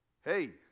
hey